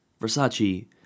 Versace